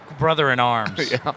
brother-in-arms